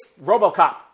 Robocop